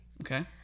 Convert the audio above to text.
Okay